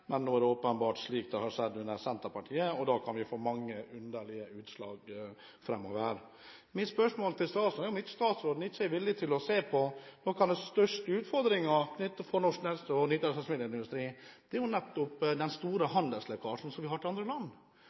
men nå har det åpenbart skjedd med Senterpartiet, og da kan vi få mange underlige utslag framover. Mitt spørsmål til statsråden er om han er villig til å se på en av de største utfordringene knyttet til norsk nærings- og nytelsesmiddelindustri, og det er den store handelslekkasjen vi har til andre land.